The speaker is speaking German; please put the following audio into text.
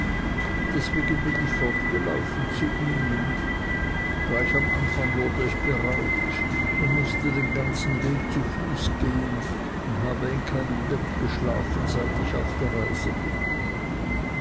deswegen bin ich fortgelaufen zu ihnen gleich am anfang wurde ich beraubt und mußte den ganzen weg zu fuß gehen und habe in keinem bett geschlafen seit ich auf der reise bin